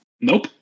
Nope